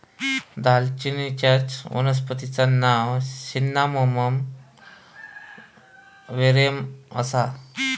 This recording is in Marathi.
दालचिनीचच्या वनस्पतिचा नाव सिन्नामोमम वेरेम आसा